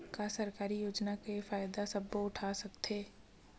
का सरकारी योजना के फ़ायदा सबो उठा सकथे?